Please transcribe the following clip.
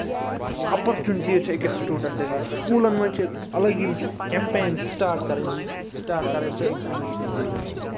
opportunities چھِ أکِس students دِنۍ سکوٗلَن منٛز چھِ اَلگ یِم کٮ۪مٮ۪ن سٹارٹ کَرٕنۍ سٹارٹ کَرٕنۍ تہٕ